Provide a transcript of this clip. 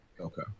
Okay